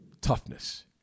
toughness